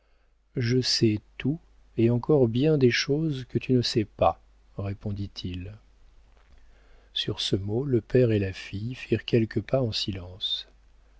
je sais tout et encore bien des choses que tu ne sais pas répondit-il sur ce mot le père et la fille firent quelques pas en silence